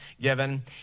given